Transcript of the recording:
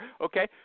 okay